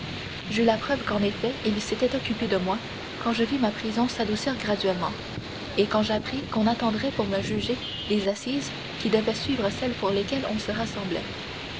j'eus la preuve qu'en effet il s'était occupé de moi quand je vis ma prison s'adoucir graduellement et quand j'appris qu'on attendrait pour me juger les assises qui devaient suivre celles pour lesquelles on se rassemblait